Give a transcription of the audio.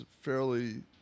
fairly